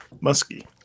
Musky